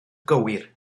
gywir